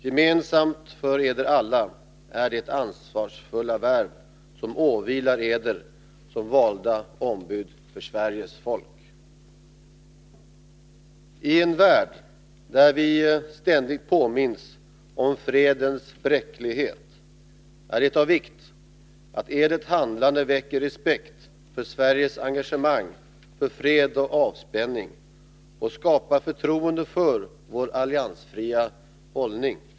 Gemensamt för eder alla är det ansvarsfulla värv som åvilar eder som valda ombud för Sveriges folk. I en värld där vi ständigt påminns om fredens bräcklighet är det av vikt att edert handlande väcker respekt för Sveriges engagemang för fred och avspänning och skapar förtroende för vår alliansfria hållning.